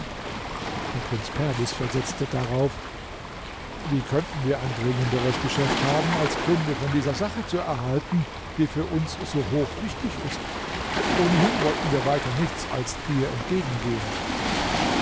der prinz perwis versetzte darauf wie könnten wir ein dringenderes geschäft haben als kunde von dieser sache zu erhalten die für uns so hochwichtig ist ohnehin wollten wir weiter nichts als dir entgegengehen